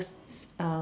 um